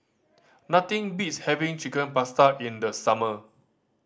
nothing beats having Chicken Pasta in the summer